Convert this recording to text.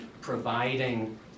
providing